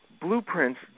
blueprints